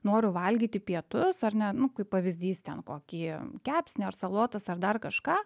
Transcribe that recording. noriu valgyti pietus ar ne nu kaip pavyzdys ten kokį kepsnį ar salotas ar dar kažką